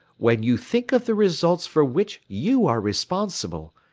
when you think of the results for which you are responsible,